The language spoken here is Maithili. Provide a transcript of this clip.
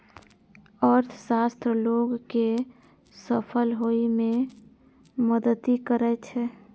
अर्थशास्त्र लोग कें सफल होइ मे मदति करै छै